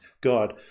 God